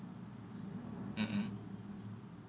mmhmm